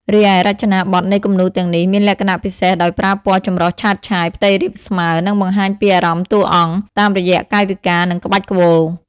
រីឯ រចនាប័ទ្មនៃគំនូរទាំងនេះមានលក្ខណៈពិសេសដោយប្រើពណ៌ចម្រុះឆើតឆាយ ផ្ទៃរាបស្មើ និងបង្ហាញពីអារម្មណ៍តួអង្គ តាមរយៈកាយវិការ និងក្បាច់ក្បូរ។